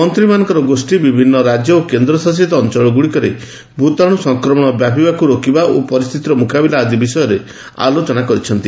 ମନ୍ତ୍ରୀମାନଙ୍କର ଗୋଷ୍ଠୀ ବିଭିନ୍ନ ରାଜ୍ୟ ଓ କେନ୍ଦ୍ରଶାସିତ ଅଞ୍ଚଳଗୁଡ଼ିକରେ ଭୂତାଣୁ ସଂକ୍ରମଣ ବ୍ୟାପିବାକୁ ରୋକିବା ଓ ପରିସ୍ଥିତିର ମୁକାବିଲା ଆଦି ବିଷୟ ଉପରେ ଆଲୋଚନା କରିଛନ୍ତି